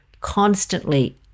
constantly